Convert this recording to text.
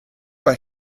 bei